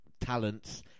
talents